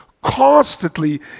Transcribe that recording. constantly